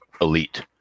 elite